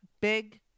big